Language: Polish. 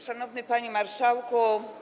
Szanowny Panie Marszałku!